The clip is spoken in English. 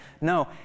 No